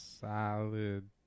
Solid